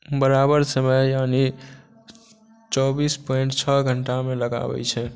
बराबर समय यानि चौबीस पॉइन्ट छओ घण्टामे लगाबै छै